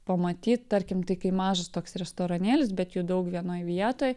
pamatyt tarkim tai kai mažas toks restoranėlis bet jų daug vienoj vietoj